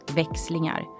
växlingar